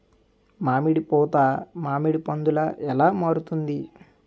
మామిడి పూత మామిడి పందుల ఎలా మారుతుంది?